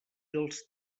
dels